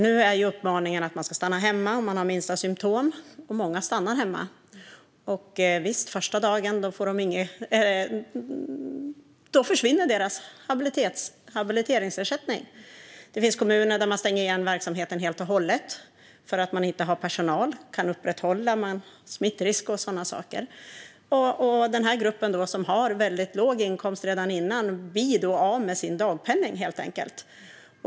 Nu är ju uppmaningen att man ska stanna hemma om man har minsta symtom, och många av dem stannar hemma. Första dagen försvinner deras habiliteringsersättning. Det finns kommuner som stänger igen verksamheten helt och hållet för att man inte har personal och med tanke på smittrisk och sådana saker. Den här gruppen, som hade väldigt låg inkomst redan före krisen, blir då av med sin dagpenning.